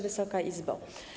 Wysoka Izbo!